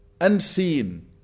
unseen